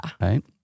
Right